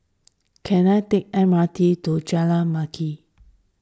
can I take M R T to Jalan Mendaki